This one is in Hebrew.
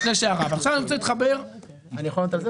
אני יכול לענות?